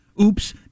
Oops